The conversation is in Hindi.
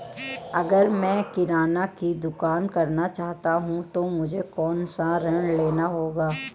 अगर मैं किराना की दुकान करना चाहता हूं तो मुझे कौनसा ऋण लेना चाहिए?